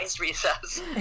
recess